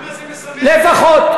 לפחות,